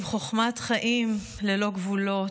עם חוכמת חיים ללא גבולות,